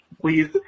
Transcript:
Please